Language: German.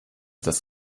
das